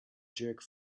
jerk